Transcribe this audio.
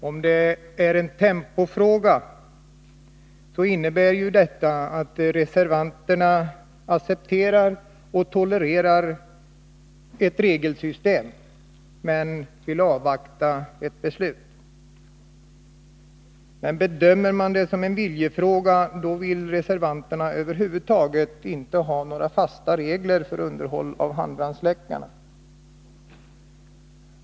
Om det är en tempofråga, innebär detta att reservanterna accepterar och tolererar ett regelsystem, men vill avvakta med ett beslut. Bedömer man det som en viljefråga, innebär det att reservanterna över huvud taget inte vill ha några fasta regler för underhåll av handbrandsläckare.